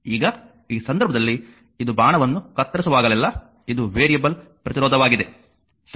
ಈಗ ಈ ಸಂದರ್ಭದಲ್ಲಿ ಇದು ಬಾಣವನ್ನು ಕತ್ತರಿಸುವಾಗಲೆಲ್ಲಾ ಇದು ವೇರಿಯಬಲ್ ಪ್ರತಿರೋಧವಾಗಿದೆ ಸರಿ